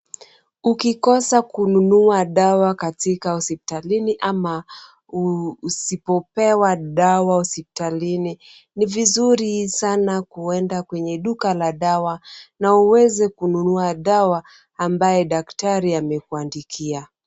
Ukikosa kununua dawa katika hospitalini ama usipopewa dawa hospitalini, ni vizuri sana kuenda kwenye duka la dawa na uweze kununua dawa ambaye daktari amekuandikia.